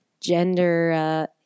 gender